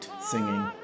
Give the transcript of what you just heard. singing